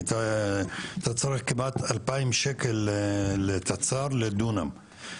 אתה צריך כמעט 2,000 שקל לתצ"ר לדונם.